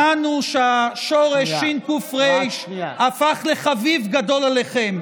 אנחנו שמענו שהשורש שק"ר הפך לחביב גדול עליכם.